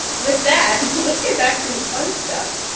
with that, let's get back to fun stuff.